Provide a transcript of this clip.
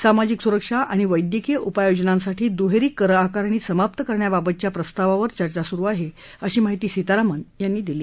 सामाजिक सुरक्षा आणि वैद्यकीय उपाययोजनांसाठी दुहेरी करआकारणी समाप्त करण्याबाबतच्या प्रस्तावावर चर्चा सुरु आहे अशी माहिती सीतारामन यांनी दिली